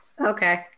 Okay